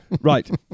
Right